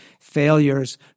failures